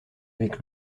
avec